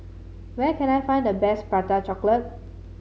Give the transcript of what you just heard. where can I find the best Prata Chocolate